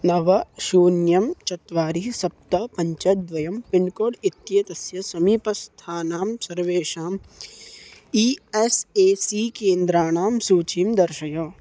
नव शून्यं चत्वारि सप्त पञ्च द्वे पिन्कोड् इत्येतस्य समीपस्थानां सर्वेषाम् ई एस् ए सी केन्द्राणां सूचीं दर्शय